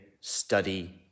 Study